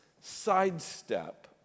sidestep